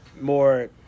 more